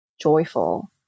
joyful